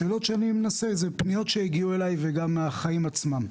שאלות שאני מנסה לענות עליהן הן מפניות שאני מקבל וגם מהחיים עצמם.